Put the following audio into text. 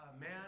man